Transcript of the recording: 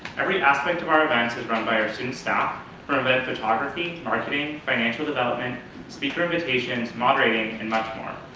every aspect of our events is run by our student staff from event photography, marketing, financial development speaker invitations, moderating, and much more.